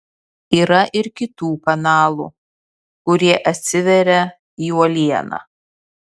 yra ir kitų kanalų kurie atsiveria į uolieną